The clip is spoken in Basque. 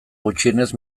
gutxienez